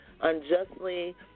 unjustly